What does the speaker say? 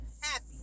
happy